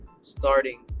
starting